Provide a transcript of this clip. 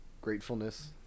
gratefulness